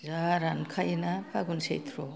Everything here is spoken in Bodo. जा रानखायोना फागुन सैथ्र'